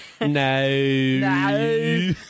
No